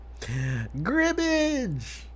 Gribbage